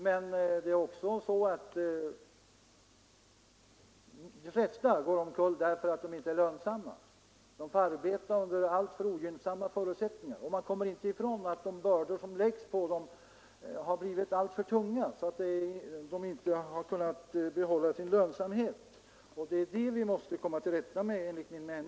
Men de flesta går omkull därför att de inte är lönsamma. De får arbeta under alltför ogynnsamma förutsättningar. Man kan inte bortse från att de bördor som läggs på företagen har blivit alltför tunga så att de inte har kunnat behålla sin lönsamhet. Det är det som vi måste komma till rätta med.